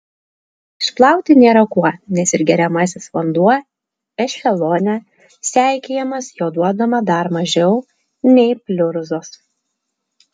išplauti nėra kuo nes ir geriamasis vanduo ešelone seikėjamas jo duodama dar mažiau nei pliurzos